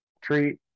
treat